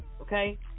Okay